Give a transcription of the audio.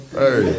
hey